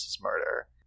murder